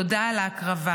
תודה על ההקרבה.